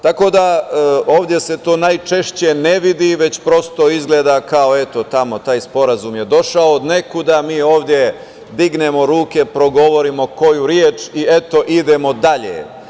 Tako da, ovde se to najčešće ne vidi, već prosto izgleda kao, eto, tamo taj sporazum je došao od nekud, a mi ovde dignemo ruke, progovorimo koju reč i eto idemo dalje.